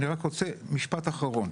משפט אחרון.